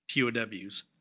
POWs